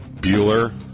Bueller